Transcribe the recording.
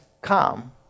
come